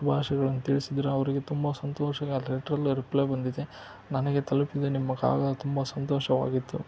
ಶುಭಾಷಯಗಳನ್ನು ತಿಳ್ಸಿದ್ರೆ ಅವರಿಗೆ ತುಂಬ ಸಂತೋಷ ಆ ಲೆಟ್ರಲ್ಲಿ ರಿಪ್ಲೈ ಬಂದಿದೆ ನನಗೆ ತಲುಪಿದೆ ನಿಮ್ಮ ಕಾಗದ ತುಂಬ ಸಂತೋಷವಾಗಿತ್ತು